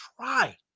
try